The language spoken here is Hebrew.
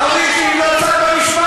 הורים שהם לא צד במשפט,